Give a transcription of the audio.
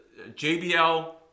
JBL